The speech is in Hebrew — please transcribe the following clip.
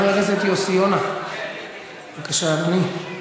חבר הכנסת יוסי יונה, בבקשה, אדוני.